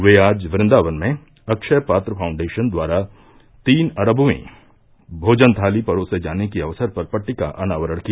वे आज वेंदावन में अक्षय पात्र फाउंडेशन द्वारा तीन अरब वीं भोजन थाली परोसे जाने के अवसर पर पट्टिका का अनावरण किया